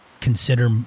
consider